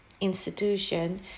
institution